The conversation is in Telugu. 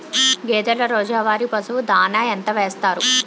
గేదెల రోజువారి పశువు దాణాఎంత వేస్తారు?